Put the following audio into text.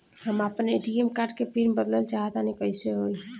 हम आपन ATM card के पीन बदलल चाहऽ तनि कइसे होई?